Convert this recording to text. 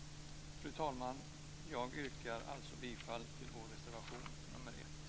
Fru talman! Jag yrkar bifall till vår reservation nr 1.